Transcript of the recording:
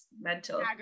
mental